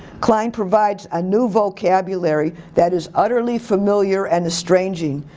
klein provides a new vocabulary that is utterly familiar and estranging.